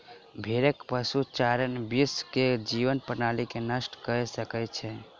भेड़क पशुचारण विश्व के जीवन प्रणाली के नष्ट कय सकै छै